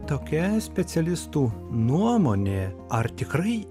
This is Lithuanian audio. tokia specialistų nuomonė ar tikrai